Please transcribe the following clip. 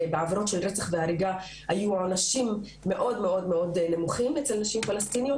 בעבירות של רצח והריגה היו עונשים מאוד נמוכים אצל נשים פלשתינאיות